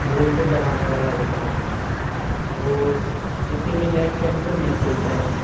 बोल को दबाने वाला होता है और उसी में नेट सेंटर में खेलता हूँ